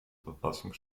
verfassung